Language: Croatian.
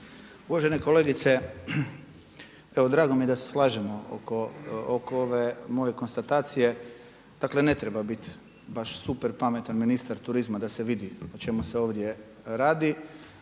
Uvažena kolegice, evo drago mi je da se slažemo oko ove moje konstatacije. Dakle ne treba biti baš super pametan ministar turizma da se vidi o čemu se ovdje radi.